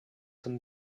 than